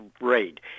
raid